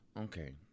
Okay